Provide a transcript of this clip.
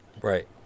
right